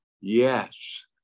Yes